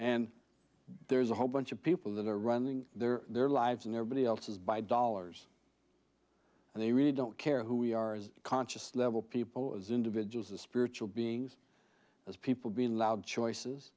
and there's a whole bunch of people that are running their their lives and everybody else's by dollars and they really don't care who we are as a conscious level people as individuals the spiritual beings as people being allowed choices